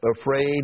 afraid